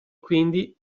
quindi